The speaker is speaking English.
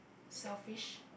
selfish